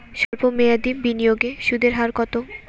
সল্প মেয়াদি বিনিয়োগে সুদের হার কত?